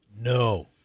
No